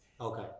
Okay